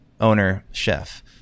owner-chef